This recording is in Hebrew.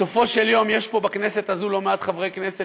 בסופו של דבר יש פה בכנסת הזאת לא מעט חברי כנסת